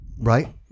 Right